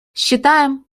считаем